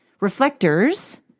Reflectors